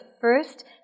first